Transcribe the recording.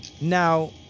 Now